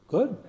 Good